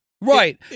Right